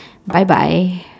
bye bye